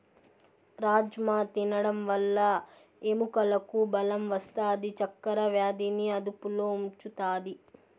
రాజ్మ తినడం వల్ల ఎముకలకు బలం వస్తాది, చక్కర వ్యాధిని అదుపులో ఉంచుతాది